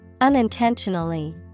Unintentionally